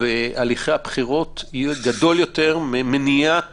בהליכי הבחירות יהיה גדול יותר ממניעת